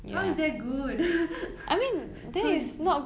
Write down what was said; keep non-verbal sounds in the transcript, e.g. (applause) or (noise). how is that good (noise) so you